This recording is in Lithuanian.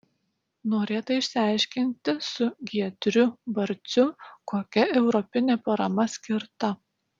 norėta išsiaiškinti su giedriu barciu kokia europinė parama skirta